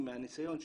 מהניסיון שלי.